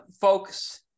folks –